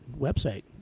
website